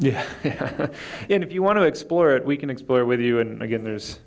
know and if you want to explore it we can explore with you and again there's